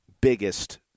biggest